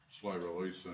slow-release